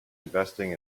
investing